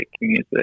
music